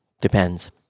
Depends